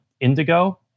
Indigo